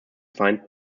find